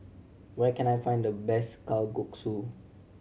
where can I find the best Kalguksu